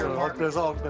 ah darkness all